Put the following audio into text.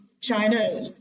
China